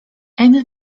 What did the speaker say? emil